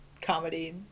Comedy